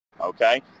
Okay